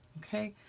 okay?